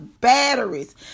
batteries